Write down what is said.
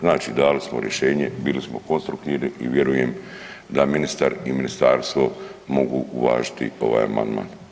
Znači dali smo rješenje, bili smo konstruktivni i vjerujem da ministar i ministarstvo mogu uvažiti ovaj amandman.